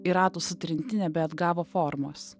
ir ratų sutrinti nebeatgavo formos